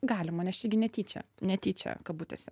galima nes čia gi netyčia netyčia kabutėse